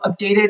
updated